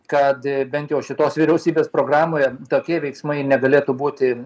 kad bent jau šitos vyriausybės programoje tokie veiksmai negalėtų būti